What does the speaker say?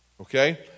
okay